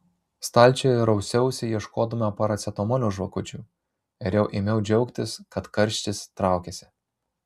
stalčiuje rausiausi ieškodama paracetamolio žvakučių ir jau ėmiau džiaugtis kad karštis traukiasi